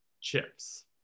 chips